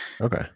Okay